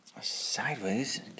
Sideways